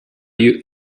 you